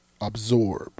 absorb